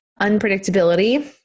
unpredictability